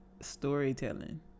storytelling